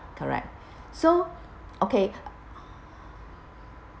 correct so okay